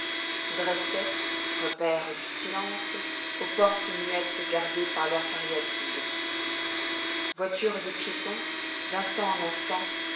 se dressaient repaires du silence aux portes muettes gardées par leurs cariatides voitures et piétons d'instant en instant